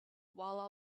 while